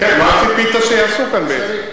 מה ציפית שיעשו כאן, בעצם?